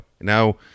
Now